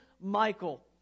Michael